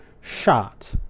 shot